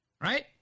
Right